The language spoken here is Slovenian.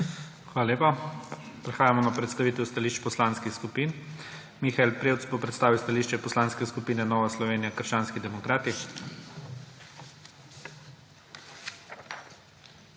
Hvala lepa. Prehajamo na predstavitev stališč poslanskih skupin. Mihael Prevc bo predstavil stališče Poslanske skupine Nova Slovenija – krščanski demokrati.